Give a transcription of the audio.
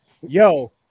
yo